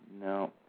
No